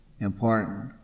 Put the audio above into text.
important